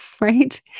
right